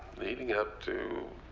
leading up to,